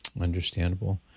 Understandable